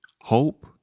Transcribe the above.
hope